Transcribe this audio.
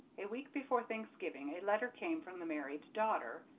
a week before thanksgiving a letter came from the married daughter,